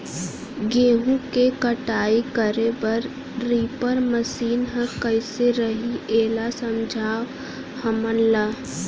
गेहूँ के कटाई करे बर रीपर मशीन ह कइसे रही, एला समझाओ हमन ल?